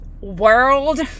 world